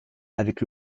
avec